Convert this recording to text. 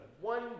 one